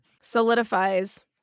solidifies